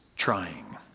trying